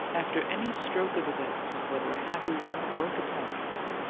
after any stroke of events, whether a happy one or a catastrophe,